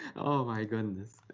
oh, my goodness.